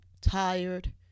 tired